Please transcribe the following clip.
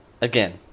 again